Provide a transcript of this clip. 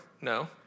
No